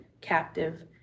captive